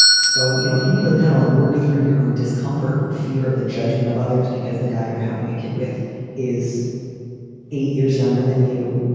so, you know, if you need to kind of like work through your own discomfort or fear of the judgment of others, because the guy you're having a kid with is eight years younger than you,